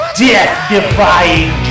death-defying